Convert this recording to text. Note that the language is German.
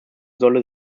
solle